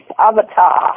avatar